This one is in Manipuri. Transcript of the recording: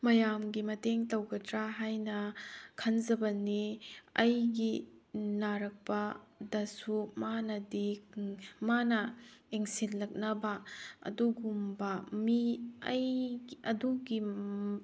ꯃꯌꯥꯝꯒꯤ ꯃꯇꯦꯡ ꯇꯧꯒꯗ꯭ꯔꯥ ꯍꯥꯏꯅ ꯈꯟꯖꯕꯅꯦ ꯑꯩꯒꯤ ꯅꯥꯔꯛꯄꯗꯁꯨ ꯃꯥꯅꯗꯤ ꯃꯥꯅ ꯌꯦꯡꯁꯤꯜꯂꯛꯅꯕ ꯑꯗꯨꯒꯨꯝꯕ ꯃꯤ ꯑꯗꯨꯒꯤ